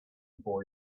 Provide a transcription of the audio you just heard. boy